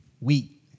wheat